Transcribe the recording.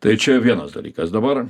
tai čia vienas dalykas dabar